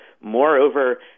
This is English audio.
Moreover